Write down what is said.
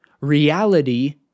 reality